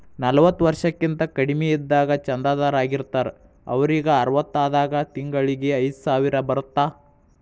ನಲವತ್ತ ವರ್ಷಕ್ಕಿಂತ ಕಡಿಮಿ ಇದ್ದಾಗ ಚಂದಾದಾರ್ ಆಗಿರ್ತಾರ ಅವರಿಗ್ ಅರವತ್ತಾದಾಗ ತಿಂಗಳಿಗಿ ಐದ್ಸಾವಿರ ಬರತ್ತಾ